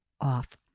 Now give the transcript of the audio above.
off